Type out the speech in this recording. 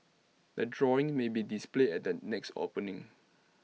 the drawings may be displayed at the next opening